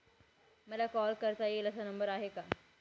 मला कॉल करता येईल असा नंबर आहे का?